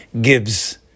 gives